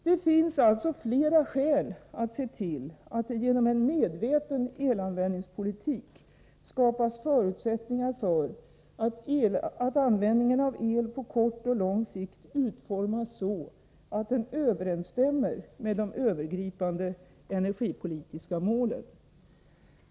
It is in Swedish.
Det finns alltså flera skäl att se till att det genom en medveten elanvändningspolitik skapas förutsättningar för att användningen av el på kort och lång sikt utformas så att den överensstämmer med de övergripande energipolitiska målen.